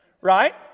right